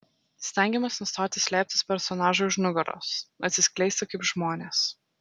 stengiamės nustoti slėptis personažui už nugaros atsiskleisti kaip žmonės